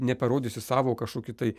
neparodysi savo kažkokį tai